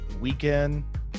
weekend